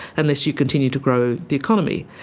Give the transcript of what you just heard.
unless you continue to grow the economy.